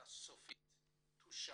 החלטה סופית ותאושר.